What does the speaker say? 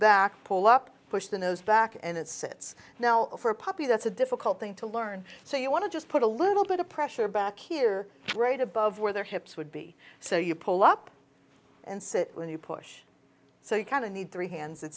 back pull up push the nose back and it sits now for a puppy that's a difficult thing to learn so you want to just put a little bit of pressure back here right above where their hips would be so you pull up and sit when you push so you kind of need three hands